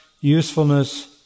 usefulness